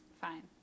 fine